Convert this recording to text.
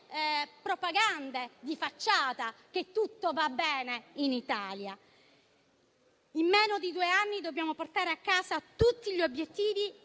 propaganda di facciata dire che tutto va bene in Italia. In meno di due anni dobbiamo portare a casa tutti gli obiettivi